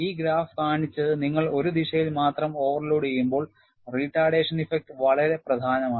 ഈ ഗ്രാഫ് കാണിച്ചത് നിങ്ങൾ ഒരു ദിശയിൽ മാത്രം ഓവർലോഡ് ചെയ്യുമ്പോൾ റിട്ടാർഡേഷൻ ഇഫക്റ്റ് വളരെ പ്രധാനമാണ്